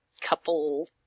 couple